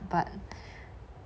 but